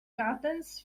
gardens